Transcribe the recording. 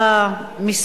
יושב-ראש ועדת הכלכלה,